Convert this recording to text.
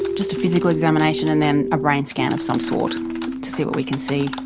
just a physical examination and then a brain scan of some sort to see what we can see.